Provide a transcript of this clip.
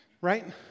right